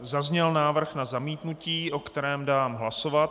Zazněl návrh na zamítnutí, o kterém dám hlasovat.